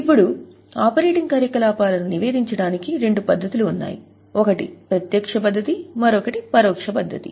ఇప్పుడు ఆపరేటింగ్ కార్యకలాపాలను నివేదించడానికి రెండు పద్ధతులు ఉన్నాయి ఒకటి ప్రత్యక్ష పద్ధతి మరొకటి పరోక్ష పద్ధతి